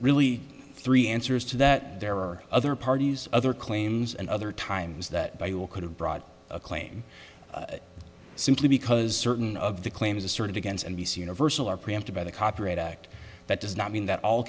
really three answers to that there are other parties other claims and other times that by or could have brought a claim simply because certain of the claims asserted against and b c universal are preempted by the copyright act that does not mean that all